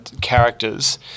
characters